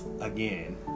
again